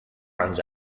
runs